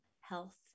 health